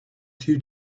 two